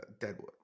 Deadwood